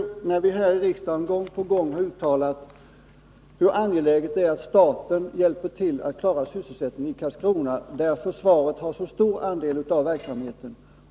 Vi har i riksdagen gång på gång uttalat hur angeläget det är att staten hjälper till med att klara sysselsättningen i Karlskrona, där försvaret har så stor andel av verksamheten.